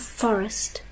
forest